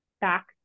back